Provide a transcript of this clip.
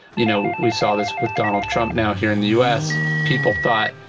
you know we saw this with donald trump now here in the us. people thought,